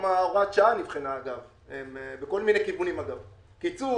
גם הוראת השעה נבחנה בכל מיני כיוונים קיצור,